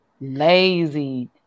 lazy